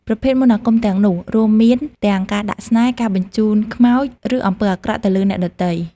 ប្រភេទមន្តអាគមទាំងនេះរួមមានទាំងការដាក់ស្នេហ៍ ការបញ្ជូនខ្មោចឬអំពើអាក្រក់ទៅលើអ្នកដទៃ។